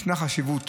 ישנה חשיבות